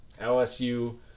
LSU